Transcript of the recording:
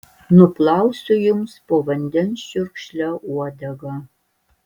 nuplausiu jums po vandens čiurkšle uodegą